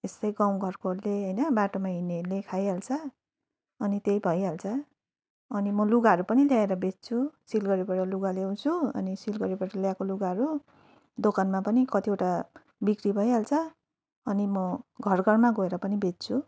यस्तै गाउँघरकोहरूले होइन बाटोमा हिँड्नेहरूले खाइ हाल्छ अनि त्यही भइ हाल्छ अनि म लुगाहरू पनि ल्याएर बेच्छु सिलगढीबाट लुगा ल्याउँछु अनि सिलगढीबाट ल्याएको लुगाहरू दोकानमा पनि कतिवटा बिक्री भइहाल्छ अनि म घर घरमा गएर पनि बेच्छु